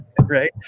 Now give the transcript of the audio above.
right